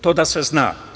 To da se zna.